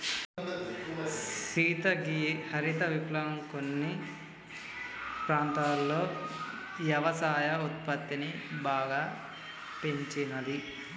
సీత గీ హరిత విప్లవం కొన్ని ప్రాంతాలలో యవసాయ ఉత్పత్తిని బాగా పెంచినాది